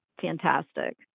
fantastic